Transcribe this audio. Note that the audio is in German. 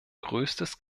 größtes